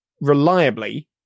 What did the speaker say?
reliably